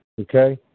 okay